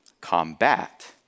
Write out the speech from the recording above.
Combat